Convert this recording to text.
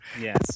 Yes